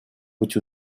быть